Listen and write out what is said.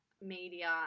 media